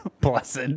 Blessed